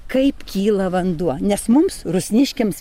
kaip kyla vanduo nes mums rusniškiams